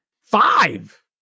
Five